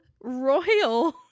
royal